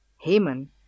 Haman